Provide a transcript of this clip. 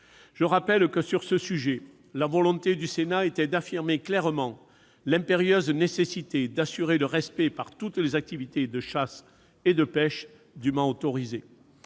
Je rappelle que, sur cette question, la volonté du Sénat était d'affirmer clairement l'impérieuse nécessité d'assurer le respect par tous des activités de chasse et de pêche dûment autorisées.